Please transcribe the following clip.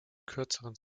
kürzeren